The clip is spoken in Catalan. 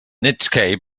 netscape